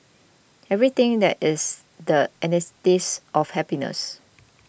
everything that is the antithesis of happiness